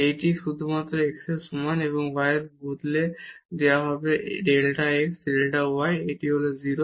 এটি শুধু x এর সমান এবং y বদলে দেওয়া হবে ডেল্টা x ডেল্টা y এটি হল 0